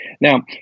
Now